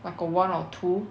like a one or two